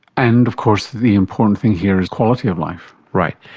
and of course the important thing here is quality of life. right,